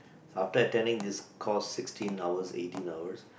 after attending this course sixteen hours eighteen hours